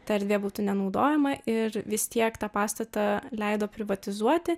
ta erdvė būtų nenaudojama ir vis tiek tą pastatą leido privatizuoti